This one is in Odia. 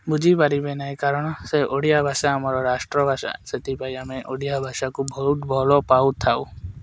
ବୁଝିପାରିବେ ନାହିଁ କାରଣ ସେ ଓଡ଼ିଆ ଭାଷା ଆମର ରାଷ୍ଟ୍ରଭାଷା ସେଥିପାଇଁ ଆମେ ଓଡ଼ିଆ ଭାଷାକୁ ବହୁତ ଭଲ ପାଉଥାଉ